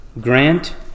grant